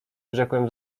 rzekłem